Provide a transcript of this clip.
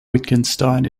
wittgenstein